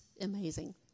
amazing